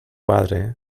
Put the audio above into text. padre